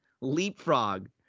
Leapfrog